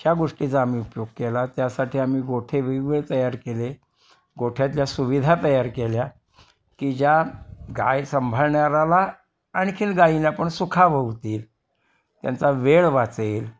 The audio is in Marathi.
ह्या गोष्टीचा आम्ही उपयोग केला त्यासाठी आम्ही गोठे वेगवेगळे तयार केले गोठ्यातल्या सुविधा तयार केल्या की ज्या गाय सांभाळणाराला आणखीन गाईंना पण सुखावह होतील त्यांचा वेळ वाचेल